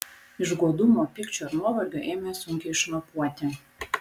iš godumo pykčio ir nuovargio ėmė sunkiai šnopuoti